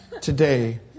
today